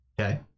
Okay